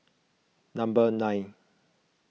number nine